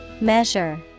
Measure